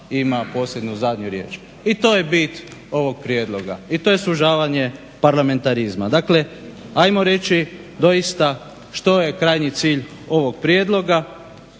ima posljednju i zadnju riječ. I to je bit ovog prijedloga, i to je sužavanje parlamentarizma. Dakle, ajmo reći doista što je krajnji cilj ovog prijedloga